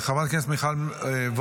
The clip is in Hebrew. חברת הכנסת מיכל וולדיגר,